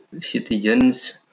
citizens